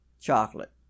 chocolate